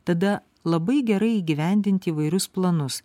tada labai gerai įgyvendinti įvairius planus